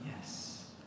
Yes